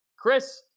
Chris